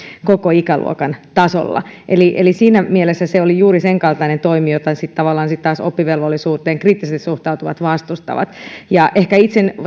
koko ikäluokan tasolla eli eli siinä mielessä se oli juuri sen kaltainen toimi jota tavallaan sitten taas oppivelvollisuuteen kriittisesti suhtautuvat vastustavat ja ehkä itse